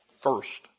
first